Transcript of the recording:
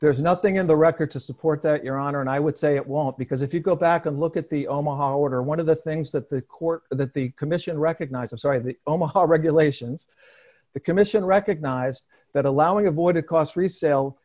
there's nothing in the record to support that your honor and i would say it won't because if you go back and look at the omaha order one of the things that the court that the commission recognize i'm sorry the omaha regulations the commission recognized that allowing a void across resale